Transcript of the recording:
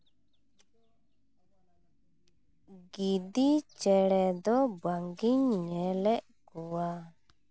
ᱜᱤᱫᱤ ᱪᱮᱬᱮ ᱫᱚ ᱵᱟᱝᱜᱤᱧ ᱧᱮᱞᱮᱫ ᱠᱚᱣᱟ